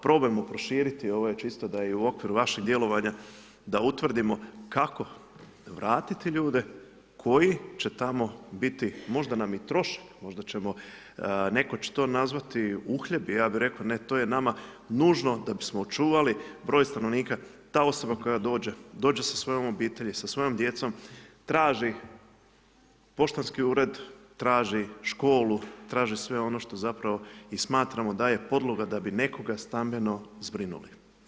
Probajmo proširiti ove čisto da i u okviru vašeg djelovanja da utvrdimo kako vratiti ljude, koji će tamo biti možda nam i trošak, možda ćemo, netko će to nazvati uhljebi, ja bih rekao ne to je nama nužno da bismo očuvali broj stanovnika, ta osoba koja dođe, dođe sa svojom obitelji, sa svojom djecom, traži poštanski ured, traži školu, traži sve ono što smatramo da je podloga da bi nekoga stambeno zbrinuli.